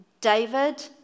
David